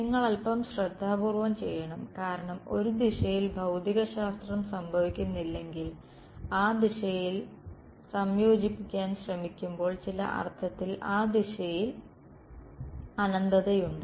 നിങ്ങൾ അൽപ്പം ശ്രദ്ധാപൂർവ്വം ചെയ്യണം കാരണം ഒരു ദിശയിൽ ഭൌതികശാസ്ത്രം സംഭവിക്കുന്നില്ലെങ്കിൽ ആ ദിശയിൽ സംയോജിപ്പിക്കാൻ ശ്രമിക്കുമ്പോൾ ചില അർത്ഥത്തിൽ ആ ദിശയിൽ അനന്തതയുണ്ട്